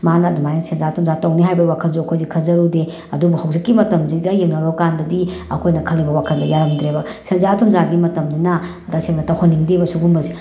ꯃꯥꯅ ꯑꯗꯨꯃꯥꯏꯅ ꯁꯦꯟꯖꯥ ꯊꯨꯝꯖꯥ ꯇꯧꯅꯤ ꯍꯥꯏꯕꯒꯤ ꯋꯥꯈꯜꯁꯨ ꯑꯩꯈꯣꯏꯁꯦ ꯈꯟꯖꯔꯨꯗꯦ ꯑꯗꯨꯕꯨ ꯍꯧꯖꯤꯛꯀꯤ ꯃꯇꯝꯁꯤꯗ ꯌꯦꯡꯅꯔꯨꯔꯀꯥꯟꯗꯗꯤ ꯑꯩꯈꯣꯏꯅ ꯈꯜꯂꯤꯕ ꯋꯥꯈꯜꯁꯦ ꯌꯥꯔꯝꯗ꯭ꯔꯦꯕ ꯁꯦꯟꯖꯥ ꯊꯨꯝꯖꯥꯒꯤ ꯃꯇꯝꯅꯤꯅ ꯇꯁꯦꯡꯅ ꯇꯧꯍꯟꯅꯤꯡꯗꯦꯕ ꯁꯨꯒꯨꯝꯕꯁꯦ